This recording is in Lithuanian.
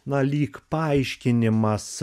na lyg paaiškinimas